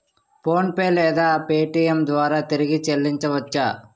PhonePe లేదా Paytm ద్వారా తిరిగి చల్లించవచ్చ?